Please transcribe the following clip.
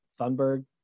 Thunberg